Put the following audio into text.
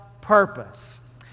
purpose